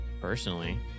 personally